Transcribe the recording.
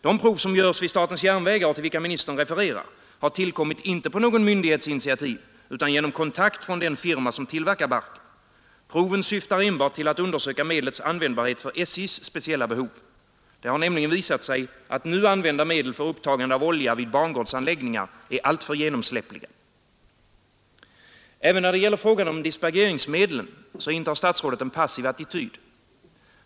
De prov som görs vid statens järnvägar och till vilka ministern refererar har tillkommit inte på någon myndighets initiativ utan genom kontakt från den firma som tillverkar barken. Proven syftar enbart till att undersöka medlens användbarhet för SJ:s speciella behov. Det har nämligen visat sig att nu använda medel för upptagande av olja vid bangårdsanläggningar är alltför genomsläppliga. Även då det gäller frågan om dispergeringsmedlen intar statsrådet en passiv attityd.